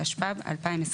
התשפ"ב 2022